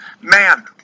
Man